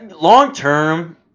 long-term